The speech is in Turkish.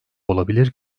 olabilir